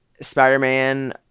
Spider-Man